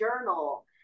journal